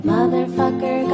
Motherfucker